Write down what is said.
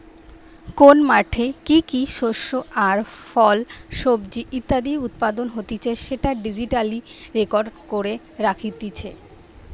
কোন মাঠে কি কি শস্য আর ফল, সবজি ইত্যাদি উৎপাদন হতিছে সেটা ডিজিটালি রেকর্ড করে রাখতিছে